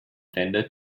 vendor